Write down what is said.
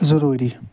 ضٔروٗری